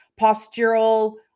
postural